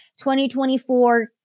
2024